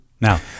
Now